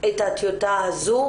את הטיוטה הזאת.